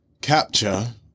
Capture